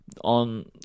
on